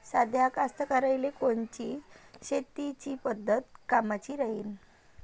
साध्या कास्तकाराइले कोनची शेतीची पद्धत कामाची राहीन?